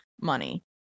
money